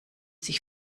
sich